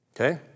Okay